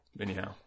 Anyhow